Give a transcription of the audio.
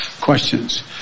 questions